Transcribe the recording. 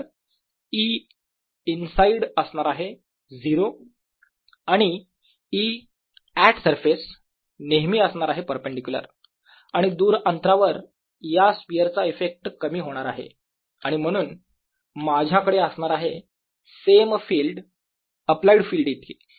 तर E inside असणार आहे 0 आणि E ऍट सरफेस नेहमी असणार आहे परपेंडीक्युलर आणि दूर अंतरावर या स्पियरचा इफेक्ट कमी होणार आहे आणि म्हणून माझ्याकडे असणार आहे सेम फिल्ड अप्लाइड फील्ड इतके